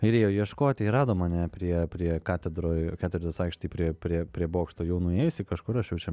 ir ėjo ieškoti ir rado mane prie prie katedroj katedros aikštėj prie prie prie bokšto jau nuėjusį kažkur aš jau čia